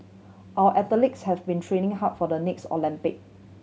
our athletes have been training hard for the next Olympic